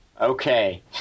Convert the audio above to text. Okay